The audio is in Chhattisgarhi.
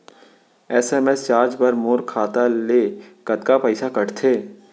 एस.एम.एस चार्ज बर मोर खाता ले कतका पइसा कटथे?